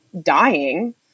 dying